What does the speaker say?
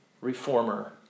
reformer